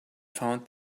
found